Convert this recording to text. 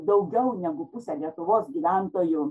daugiau negu pusė lietuvos gyventojų